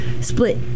split